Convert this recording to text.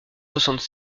soixante